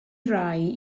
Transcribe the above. rai